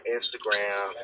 Instagram